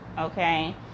Okay